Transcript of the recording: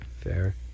Fair